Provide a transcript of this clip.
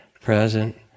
present